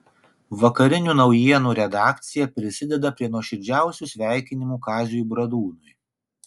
vakarinių naujienų redakcija prisideda prie nuoširdžiausių sveikinimų kaziui bradūnui